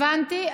הבנתי.